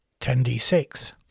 10d6